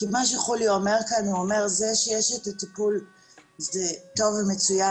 מה שחוליו אומר כאן זה שזה שיש את הטיפול זה טוב ומצוין,